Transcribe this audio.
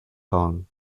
kong